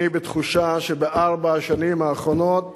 אני בתחושה שבארבע השנים האחרונות